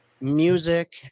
music